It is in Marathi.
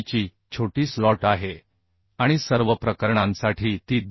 ची छोटी स्लॉट आहे आणि सर्व प्रकरणांसाठी ती 2